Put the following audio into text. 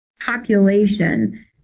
population